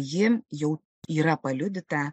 ji jau yra paliudyta